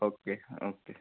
okay okay